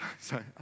Sorry